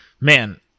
man